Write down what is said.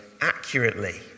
accurately